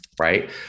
right